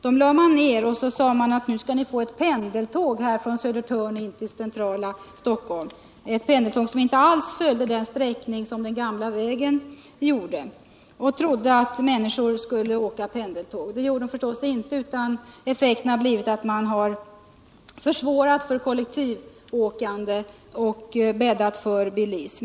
I stället fick vi ett pendeltåg från Södertörn in till centrala Stockholm, ett pendeltåg som inte alls följde den gamla vägens sträckning. Man trodde alltså att människorna skulle åka pendeltåg. Det gjorde de förstås inte, utan effekten har blivit att man har försvårat för kollektivåkande och bäddat för bilism.